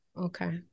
Okay